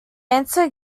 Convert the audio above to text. answer